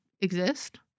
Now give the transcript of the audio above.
exist